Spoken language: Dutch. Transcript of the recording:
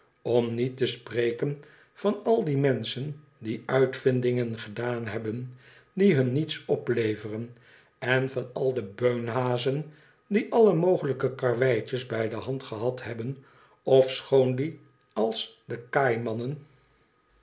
om niet te spreken van al die menschen die uitvindingen gedaan hebben die hun niets opleveren en van al de beunhazen die alle mogelijke karweitjes bij de hand gehad hebben ofschoon die als de kaaimannen